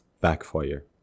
backfire